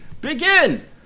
begin